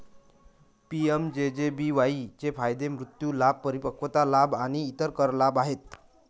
PMJJBY चे फायदे मृत्यू लाभ, परिपक्वता लाभ आणि कर लाभ आहेत